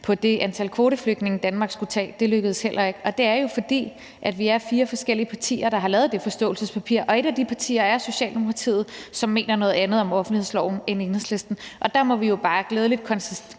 på de kvoteflygtninge, Danmark skulle tage. Det lykkedes heller ikke. Og det er jo, fordi vi er fire forskellige partier, der har lavet det forståelsespapir, og et af de partier er Socialdemokratiet, som mener noget andet om offentlighedsloven, end Enhedslisten gør. Og der må vi jo bare glædeligt konstatere,